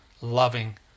loving